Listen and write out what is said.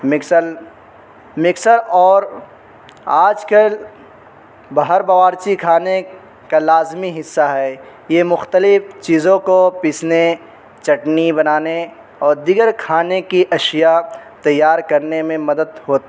mixer اور آج کل باہر باورچی خانے کا لازمی حصہ ہے یہ مختلف چیزوں کو پیسنے چٹنی بنانے اور دیگر کھانے کی اشیاء تیار کرنے میں مدد